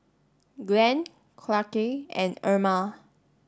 Glenn Clarke and Erma